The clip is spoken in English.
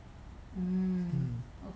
mm